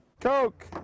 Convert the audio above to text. Coke